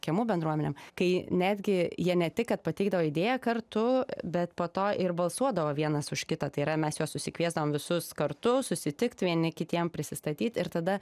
kiemų bendruomenėm kai netgi jie ne tik kad pateikdavo idėją kartu bet po to ir balsuodavo vienas už kitą tai yra mes juos susikviesdavom visus kartu susitikt vieni kitiem prisistatyt ir tada